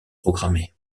programmée